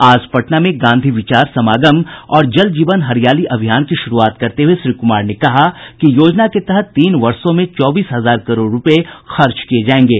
आज पटना में गांधी विचार समागम और जल जीवन हरियाली अभियान की शुरूआत करते हुए श्री कुमार ने कहा कि योजना के तहत तीन वर्षो में चौबीस हजार करोड़ रूपये खर्च किये जायेंगे